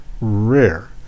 rare